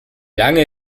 lange